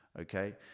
okay